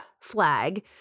Flag